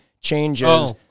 changes